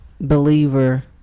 believer